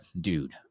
Dude